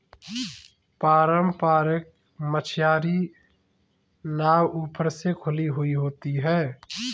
पारम्परिक मछियारी नाव ऊपर से खुली हुई होती हैं